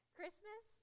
Christmas